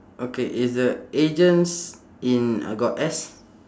okay is the agents in uh got S